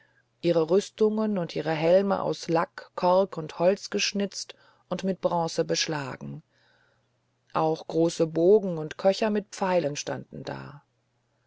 ihre rüstungen und ihre helme aus lack kork und holz geschnitzt und mit bronze beschlagen auch große bogen und köcher mit pfeilen standen da